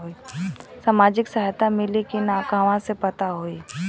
सामाजिक सहायता मिली कि ना कहवा से पता होयी?